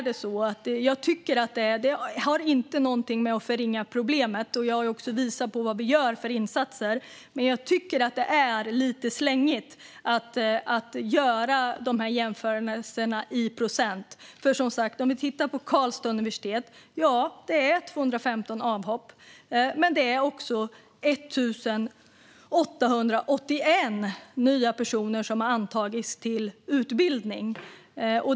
Då tycker jag - det har ingenting med att förringa problemet att göra, och jag har ju också visat vad vi gör för insatser - att det är lite slängigt att göra de här jämförelserna i procent. Vi kan titta på Karlstads universitet. Ja, det är 215 avhopp, men det är också 1 881 nya personer som antagits till utbildning.